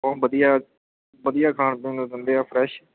ਬਹੁ ਵਧੀਆ ਵਧੀਆ ਖਾਣ ਪੀਣ ਨੂੰ ਦਿੰਦੇ ਆ ਫਰੈਸ਼